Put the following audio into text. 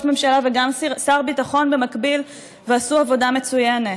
ממשלה וגם כשר ביטחון במקביל ועשו עבודה מצוינת.